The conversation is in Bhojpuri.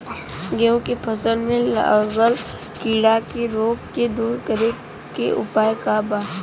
गेहूँ के फसल में लागल कीड़ा के रोग के दूर करे के उपाय का बा?